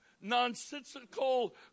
nonsensical